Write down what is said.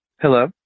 Hello